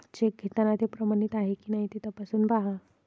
check घेताना ते प्रमाणित आहे की नाही ते तपासून पाहा